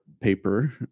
paper